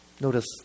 Notice